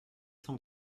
cent